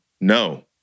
No